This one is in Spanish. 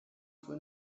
fue